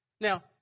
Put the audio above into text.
now